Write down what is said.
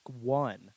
one